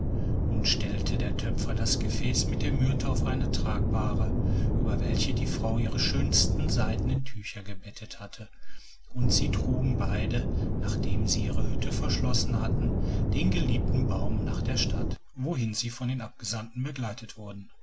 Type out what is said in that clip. nun stellte der töpfer das gefäß mit der myrte auf eine tragbahre über welche die frau ihre schönsten seidenen tücher gebreitet hatte und sie trugen beide nachdem sie ihre hütte verschlossen hatten den geliebten baum nach der stadt wohin sie von den abgesandten begleitet wurden